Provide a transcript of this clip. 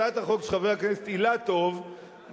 הצעת החוק של חבר הכנסת אילטוב שומרת